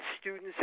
students